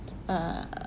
uh